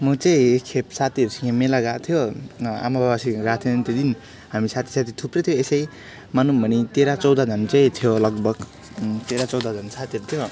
म चाहिँ एकखेप साथीहरूसँग मेला गएको थियो आमा बाबासँग गएको थिएन त्यो दिन हामी साथी साथी थुप्रो थियो यस्तै भनौँ भने तेह्र चौधजना चाहिँ थियो लगभग तेह्र चौधजना साथीहरू थियो